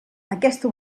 aquesta